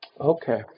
Okay